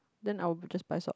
then I will we just buy socks